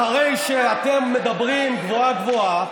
אחרי שאתם מדברים גבוהה-גבוהה,